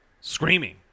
screaming